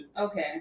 Okay